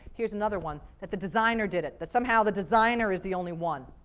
here's another one, that the designer did it. that somehow the designer is the only one.